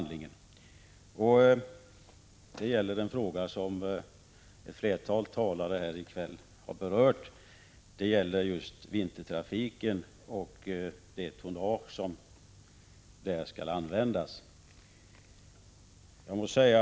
Det gäller den fråga som ett flertal talare i kväll här har berört, nämligen frågan om vintertrafiken och det tonnage som skall användas i det avseendet.